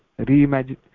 reimagine